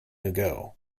ago